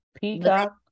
Peacock